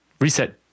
reset